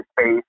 space